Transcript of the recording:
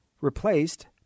replaced